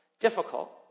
difficult